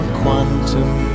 quantum